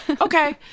Okay